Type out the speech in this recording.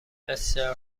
بسیار